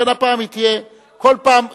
לכן הפעם היא תהיה, כל פעם,